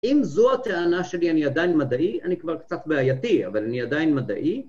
אם זו הטענה שלי, אני עדיין מדעי, אני כבר קצת בעייתי, אבל אני עדיין מדעי